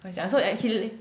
plus I also actually